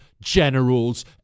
generals